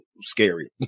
scary